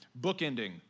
bookending